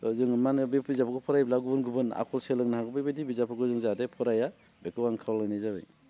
जोङो मा होनो बे बिजाबफोरखौ फरायोब्ला गुबुन गुबुन आखु सोलोंनो हागौ बेबायदि बिजाबफोरखौ जों जाहाथे फराया बेखौ आं खावलायनाय जाबाय